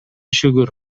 шүгүр